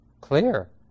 clear